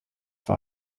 war